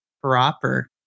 proper